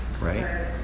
right